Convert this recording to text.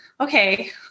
okay